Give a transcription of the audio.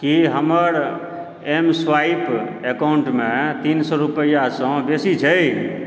की हमर एमस्वाइप अकाउंटमे तीन सए रूपैआसँ बेसी छै